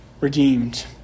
redeemed